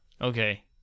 Okay